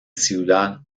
ciudad